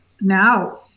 now